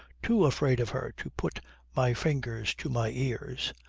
too afraid of her to put my fingers to my ears.